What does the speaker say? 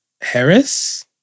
Harris